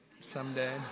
someday